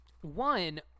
One